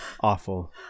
Awful